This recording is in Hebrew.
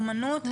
אמנות.